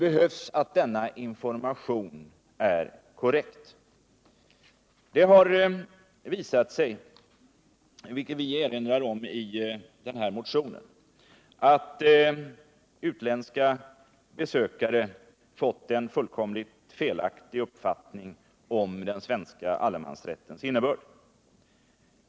Denna information måste vara korrekt. Det har visat sig, vilket vi erinrar om i den här motionen, att utländska besökare har fått en fullkomligt felaktig uppfattning om den svenska allemansrättens innebörd.